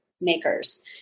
makers